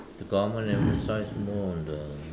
the government never emphasize more on the